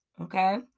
Okay